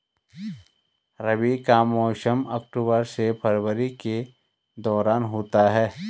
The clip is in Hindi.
रबी का मौसम अक्टूबर से फरवरी के दौरान होता है